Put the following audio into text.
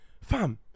fam